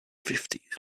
fifties